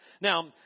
Now